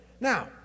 Now